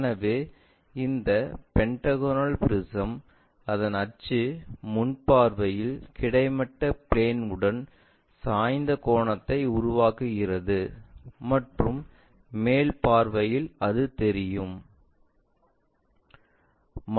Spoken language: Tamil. எனவே இந்த பெண்டகோனல் ப்ரிஸம் அதன் அச்சு முன் பார்வையில் கிடைமட்ட பிளேன்உடன் சாய்ந்த கோணத்தை உருவாக்குகிறது மற்றும் மேல் பார்வையில் அது தெரிகிறது